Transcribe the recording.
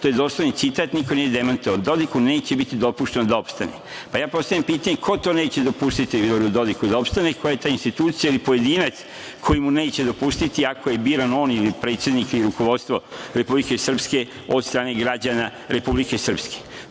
To je doslovni citat, niko nije demantovao, Dodiku neće biti dopušteno da opstane. Ja postavljam pitanje, ko to neće dopustiti Miloradu Dodiku da opstane? Koja je ta institucija ili pojedinac koji mu neće dopustiti ako je biran on ili predsednik ili rukovodstvo Republike Srpske od strane građana Republike Srpske?S